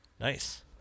Nice